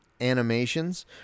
animations